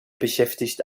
beschäftigt